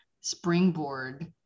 springboard